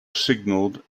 signaled